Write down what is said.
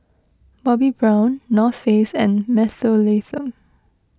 Bobbi Brown North Face and Mentholatum